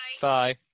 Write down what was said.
Bye